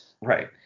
Right